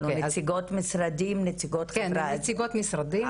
נציגות משרדים --- כן, נציגות משרדים.